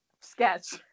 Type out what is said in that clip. sketch